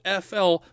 FL